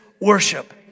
worship